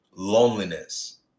Loneliness